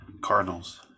Cardinals